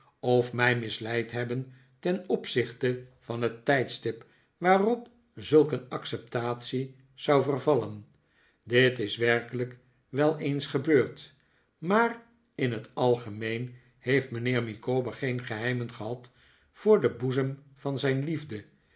of mij misleid hebben ten opzichte van het tijdstip waarop zulk een acceptatie zou vervallen dit is werkelijk wel eens ge beurd maar in het algemeen heeft mijnheer micawber geen geheimen gehad voor den boezem van zijn liefde